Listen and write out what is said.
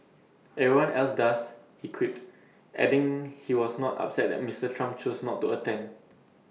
everyone else does he quipped adding he was not upset that Mister Trump chose not to attend